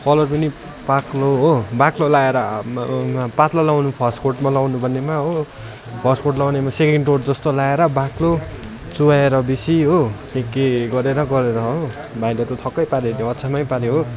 colour पनि बाक्लो हो बाक्लो लगाएर आम्मामा पातला लगाउनु फर्स्ट कोडमा लगाउनुपर्नेमा हो फर्स्ट कोड लगाउनेमा सेकेन्ड कोड जस्तो लगाएर बाक्लो चुहाएर बेसी हो के के गरेर गरेर हो भाइले त छक्कै पारेर अचम्म पाऱ्यो हो